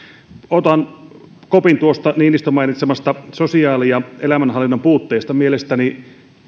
otan kopin tuosta niinistön mainitsemasta elämänhallinnan puutteesta mielestäni